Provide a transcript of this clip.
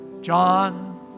John